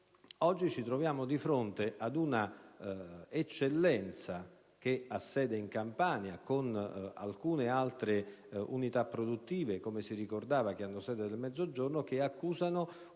Oggi ci troviamo di fronte ad una eccellenza (che ha sede in Campania) e ad alcune altre unità produttive (che hanno sede nel Mezzogiorno) che accusano